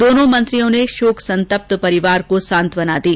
दोनों मंत्रियों ने शोक संतप्त परिवार को सांत्वना दी